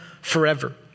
forever